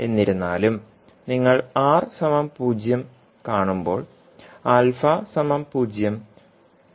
എന്നിരുന്നാലും നിങ്ങൾ R 0 കാണുമ്പോൾ α 0 ആകും